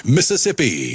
Mississippi